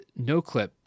noclip